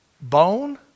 bone